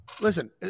Listen